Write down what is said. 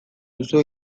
duzu